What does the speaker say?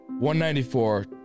194